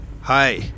Hi